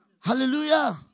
hallelujah